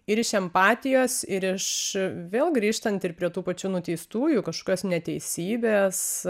ir iš empatijos ir iš vėl grįžtant ir prie tų pačių nuteistųjų kažkas neteisybės